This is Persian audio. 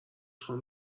خوام